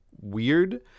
Weird